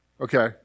Okay